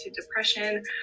depression